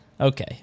Okay